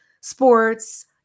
sports